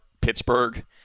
Pittsburgh